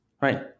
right